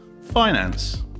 Finance